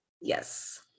yes